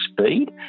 speed